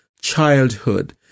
childhood